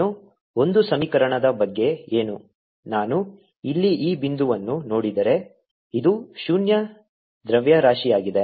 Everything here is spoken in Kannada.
ಇನ್ನೂ ಒಂದು ಸಮೀಕರಣದ ಬಗ್ಗೆ ಏನು ನಾನು ಇಲ್ಲಿ ಈ ಬಿಂದುವನ್ನು ನೋಡಿದರೆ ಇದು ಶೂನ್ಯ ದ್ರವ್ಯರಾಶಿಯಾಗಿದೆ